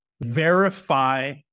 verify